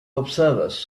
observers